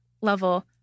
level